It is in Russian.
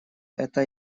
это